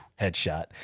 headshot